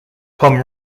come